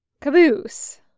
Caboose